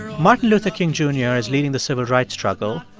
martin luther king jr. is leading the civil rights struggle.